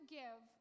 give